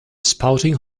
spouting